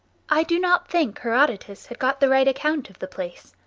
i do not think herodotus had got the right account of the place.